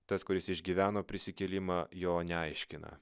tas kuris išgyveno prisikėlimą jo neaiškina